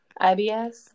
IBS